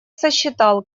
сосчитал